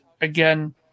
again